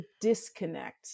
disconnect